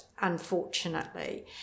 unfortunately